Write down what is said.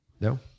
no